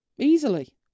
easily